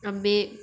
अब मैं